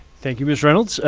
thank you, ms reynolds.